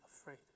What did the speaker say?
afraid